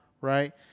right